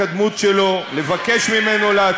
התעללות ופגיעה פיזית בהן.